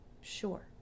Sure